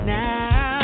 now